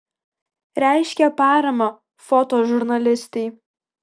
reiškė paramą fotožurnalistei